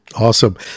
Awesome